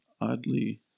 oddly